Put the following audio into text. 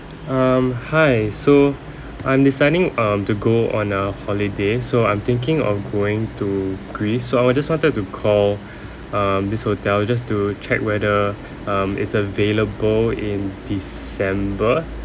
um hi so I'm deciding um to go on a holiday so I'm thinking of going to greece so I want just wanted to call um this hotel just to check whether um it's available in december